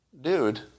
Dude